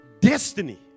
destiny